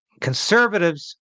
Conservatives